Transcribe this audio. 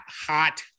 hot